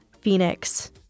Phoenix